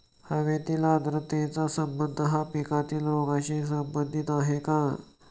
हवेतील आर्द्रतेचा संबंध हा पिकातील रोगांशी अधिक संबंधित आहे का?